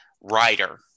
writer